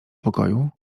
pokoju